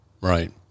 right